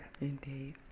Indeed